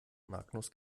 magnus